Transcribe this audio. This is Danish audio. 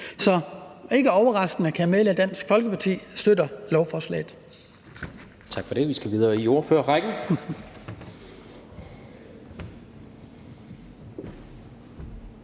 Så ikke overraskende kan jeg melde, at Dansk Folkeparti støtter lovforslaget.